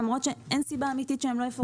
למרות שאין סיבה אמיתית שהם לא יפורסמו.